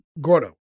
Gordo